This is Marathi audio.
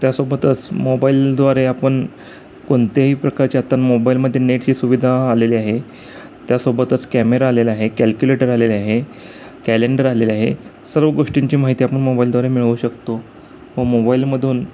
त्यासोबतच मोबाईलद्वारे आपण कोणत्याही प्रकारच्या आत्ता मोबाईलमध्ये नेटची सुविधा आलेली आहे त्यासोबतच कॅमेरा आलेला आहे कॅल्क्युलेटर आलेले आहे कॅलेंडर आलेले आहे सर्व गोष्टींची माहिती आपण मोबाईलद्वारे मिळवू शकतो व मोबाईलमधून